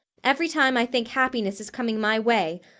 every time i think happiness is coming my way,